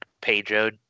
Pedro